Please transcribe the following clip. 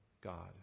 God